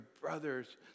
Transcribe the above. brother's